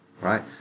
right